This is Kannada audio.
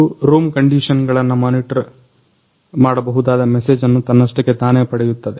ಇದು ರೂಮ್ ಕಂಡಿಷನ್ಗಳನ್ನ ಮಾನಿಟರ್ ಮಾಡಬಹುದಾದ ಮೆಸೇಜನ್ನ ತನ್ನಷ್ಟಕ್ಕೆ ತಾನೆ ಪಡೆಯುತ್ತದೆ